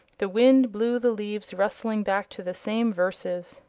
the wind blew the leaves rustling back to the same verses.